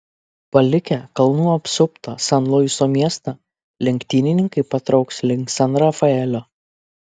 palikę kalnų apsuptą san luiso miestą lenktynininkai patrauks link san rafaelio